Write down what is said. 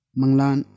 Manglan